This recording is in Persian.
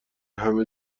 همه